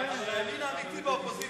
הימין האמיתי באופוזיציה.